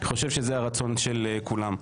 אני חושב שזה הרצון של כולם.